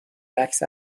عکس